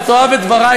אתה תאהב את דברי,